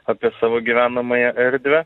apie savo gyvenamąją erdvę